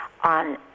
on